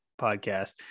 podcast